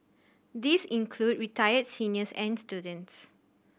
these include retired seniors and students